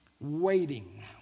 waiting